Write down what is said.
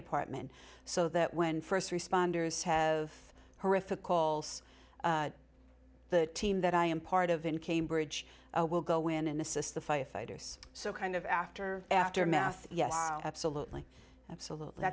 department so that when st responders have horrific call so the team that i am part of in cambridge will go in and assist the firefighters so kind of after aftermath yes absolutely absolutely